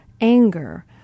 anger